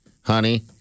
honey